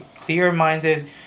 clear-minded